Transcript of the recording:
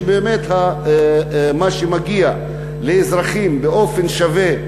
שבאמת מה שמגיע לאזרחים באופן שווה,